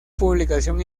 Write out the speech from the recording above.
publicación